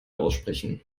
aussprechen